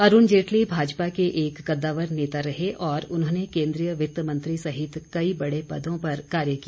अरूण जेटली भाजपा के एक कद्दावर नेता रहे और उन्होंने केंद्रीय वित्त मंत्री सहित कई बड़े पदों पर कार्य किया